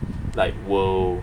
like will